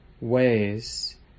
ways